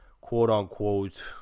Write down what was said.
quote-unquote